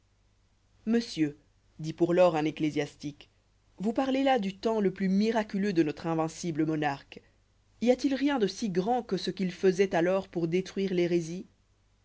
monsieur dit pour lors un ecclésiastique vous parlez là du temps le plus miraculeux de notre invincible monarque y a-t-il rien de si grand que ce qu'il faisoit alors pour détruire